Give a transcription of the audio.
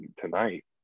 tonight